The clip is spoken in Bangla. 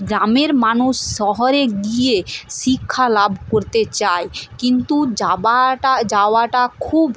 গ্রামের মানুষ শহরে গিয়ে শিক্ষা লাভ করতে চায় কিন্তু যাবাটা যাওয়াটা খুব